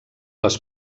les